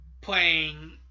playing